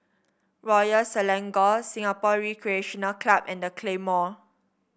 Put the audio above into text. Royal Selangor Singapore Recreation Club and The Claymore